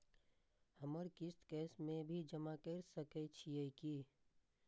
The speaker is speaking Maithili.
हमर किस्त कैश में भी जमा कैर सकै छीयै की?